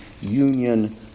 union